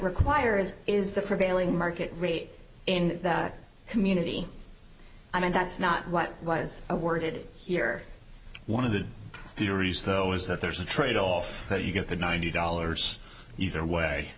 requires is the prevailing market rate in the community i mean that's not what was awarded here one of the theories though is that there's a tradeoff so you get the ninety dollars either way